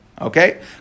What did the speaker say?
Okay